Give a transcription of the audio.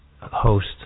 host